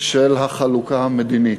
של החלוקה המדינית.